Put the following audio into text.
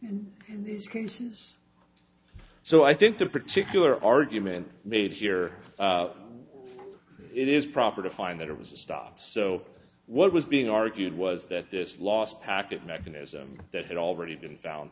in these cases so i think the particular argument made here it is proper to find that it was a stop so what was being argued was that this lost packet mechanism that had already been found